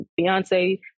Beyonce